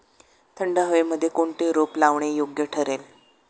थंड हवेमध्ये कोणते रोप लावणे योग्य ठरेल?